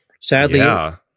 Sadly